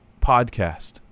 podcast